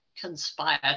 conspire